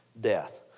death